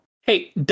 Hey